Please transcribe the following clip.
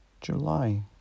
july